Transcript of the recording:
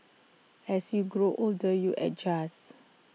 as you grow older you adjust